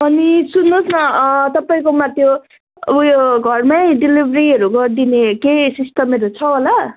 अनि सुन्नुहोस् न तपाईँकोमा त्यो उयो घरमै डिलिभरीहरू गरिदिने केही सिस्टमहरू छ होला